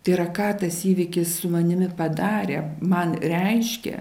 tai yra ką tas įvykis su manimi padarė man reiškia